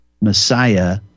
messiah